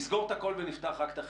נסגור את הכול ונפתח רק את החינוך.